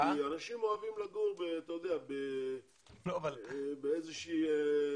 כי אנשים אוהבים לגור, אתה יודע, באיזה שהיא